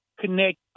connect